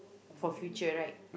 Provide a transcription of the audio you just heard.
for future right